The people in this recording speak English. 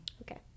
Okay